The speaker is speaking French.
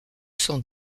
sans